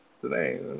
today